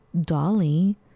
Dolly